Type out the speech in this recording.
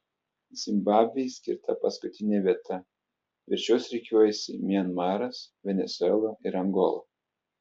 zimbabvei skirta paskutinė vieta virš jos rikiuojasi mianmaras venesuela ir angola